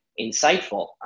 insightful